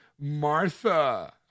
Martha